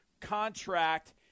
contract